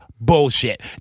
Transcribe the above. bullshit